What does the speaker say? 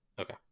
Okay